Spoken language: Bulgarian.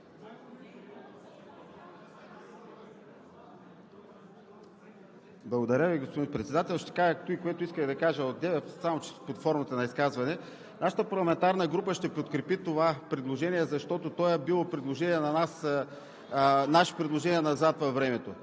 Благодаря Ви, господин Председател. Ще кажа това, което исках да кажа преди малко, само че под формата на изказване. Нашата парламентарна група ще подкрепи това предложение, защото е било наше предложение назад във времето.